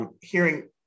hearing